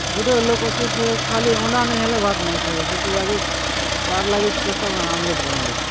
ଗୁଟେ ଲୋକ ଅଛି ସେ ଖାଲି ଅଣ୍ଡା ନେଇ ହେଲେ ଭାତ୍ ନେଇ ଖାଇବେ ସେଥିଲାଗି ତାର୍ ଲାଗି ସ୍ପେସାଲ ଆମ୍ଲେଟ୍ ବନେ ଦେସୁଁ